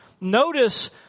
Notice